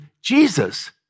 Jesus